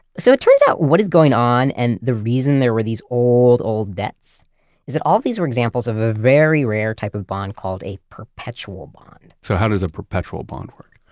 so it turns what is going on and the reason there were these old, old debts is that all of these were examples of a very rare type of bond called a perpetual bond so how does a perpetual bond work?